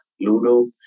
Ludo